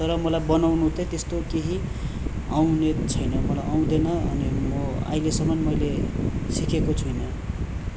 तर मलाई बनाउनु त त्यस्तो केही आउने छैन मलाई आउँदैन अनि म आहिलेसम्मन् मैले सिकेको छुइनँ